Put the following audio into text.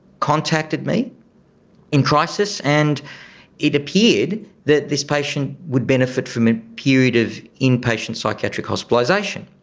contacted me in crisis and it appeared that this patient would benefit from a period of inpatient psychiatric hospitalisation.